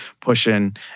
pushing